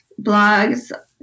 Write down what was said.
blogs